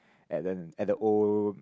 at the at the old